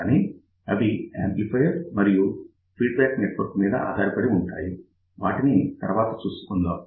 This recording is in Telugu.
కానీ అవి యాంప్లిఫయర్ మరియు ఫీడ్ బ్యాక్ నెట్ వర్క్ మీద ఆధారపడి ఉంటాయి వాటిని తరువాత చూసుకుందాం